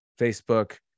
Facebook